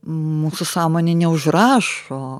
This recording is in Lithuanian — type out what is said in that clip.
mūsų sąmonė neužrašo